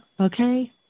okay